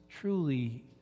truly